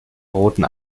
roten